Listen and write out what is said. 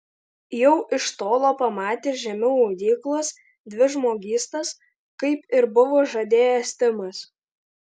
jau iš tolo pamatė žemiau audyklos dvi žmogystas kaip ir buvo žadėjęs timas